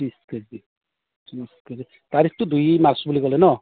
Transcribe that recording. ত্ৰিছ কেজি ত্ৰিছ কেজি তাৰিখটো দুই মাৰ্চ বুলি ক'লে ন